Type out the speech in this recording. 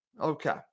Okay